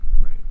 right